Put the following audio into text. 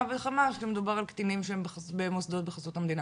וכמה כשמדובר על קטינים שהם במוסדות בחסות המדינה.